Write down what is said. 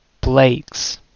plagues